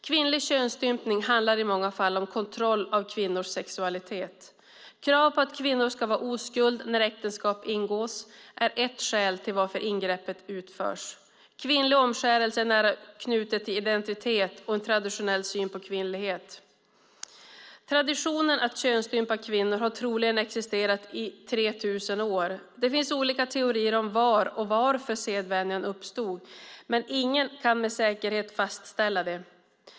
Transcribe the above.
Kvinnlig könsstympning handlar i många fall om kontroll av kvinnors sexualitet. Krav på att kvinnor ska vara oskuld när äktenskap ingås är ett skäl till att ingreppet utförs. Kvinnlig omskärelse är nära knuten till identitet och en traditionell syn på kvinnlighet. Traditionen att könsstympa kvinnor har troligen existerat i 3 000 år. Det finns olika teorier om var och varför sedvänjan uppstod, men ingen kan med säkerhet fastställa det.